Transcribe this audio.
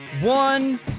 one